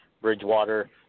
Bridgewater